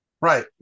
Right